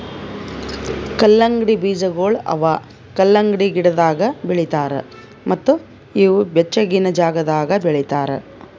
ಕಲ್ಲಂಗಡಿ ಬೀಜಗೊಳ್ ಅವಾ ಕಲಂಗಡಿ ಗಿಡದಾಗ್ ಬೆಳಿತಾರ್ ಮತ್ತ ಇವು ಬೆಚ್ಚಗಿನ ಜಾಗದಾಗ್ ಬೆಳಿತಾರ್